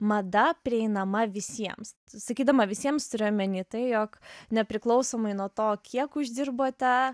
mada prieinama visiems sakydama visiems turiu omeny tai jog nepriklausomai nuo to kiek uždirbote